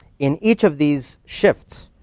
in each of these shifts,